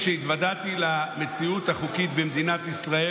כשהתוודעתי למציאות החוקית במדינת ישראל